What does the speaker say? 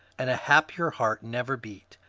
and a happier heart never beat.